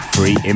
Free